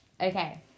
Okay